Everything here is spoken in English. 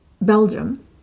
Belgium